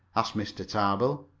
asked mr. tarbill.